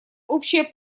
общее